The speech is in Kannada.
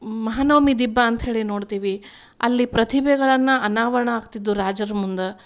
ಮಹಾನವಮಿ ದಿಬ್ಬ ಅಂತ್ಹೇಳಿ ನೋಡ್ತಿವಿ ಅಲ್ಲಿ ಪ್ರತಿಭೆಗಳನ್ನು ಅನಾವರಣ ಆಗ್ತಿದ್ದು ರಾಜರ ಮುಂದೆ